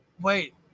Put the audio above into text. Wait